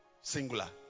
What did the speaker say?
Singular